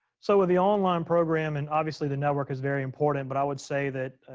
so with the online program and obviously the network is very important, but i would say that,